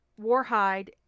Warhide